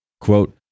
Quote